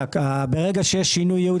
ברגע שיש שינוי יעוד,